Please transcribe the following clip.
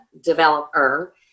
developer